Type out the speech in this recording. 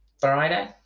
Friday